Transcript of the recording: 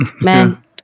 man